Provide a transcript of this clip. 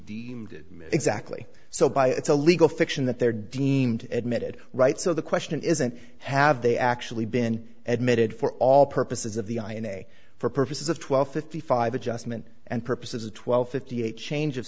deemed exactly so by it's a legal fiction that they're deemed admitted right so the question isn't have they actually been admitted for all purposes of the i a e a for purposes of twelve fifty five adjustment and purposes a twelve fifty eight change of